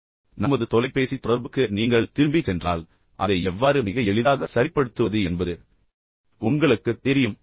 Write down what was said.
இப்போது எ நமது தொலைபேசி தொடர்புக்கு நீங்கள் திரும்பிச் சென்றால் அதை எவ்வாறு மிக எளிதாக சரிப்படுத்துவது என்பது உங்களுக்குத் தெரியும்